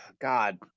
god